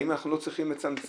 האם אנחנו לא צריכים לצמצם.